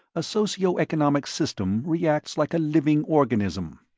a socio-economic system reacts like a living organism.